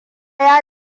ya